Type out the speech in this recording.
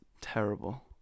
terrible